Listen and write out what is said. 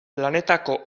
planetako